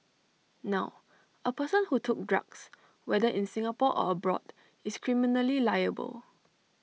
now A person who took drugs whether in Singapore or abroad is criminally liable